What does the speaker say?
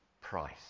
price